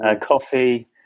coffee